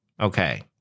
Okay